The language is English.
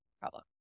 problem